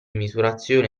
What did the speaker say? misurazione